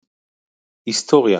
היסטוריה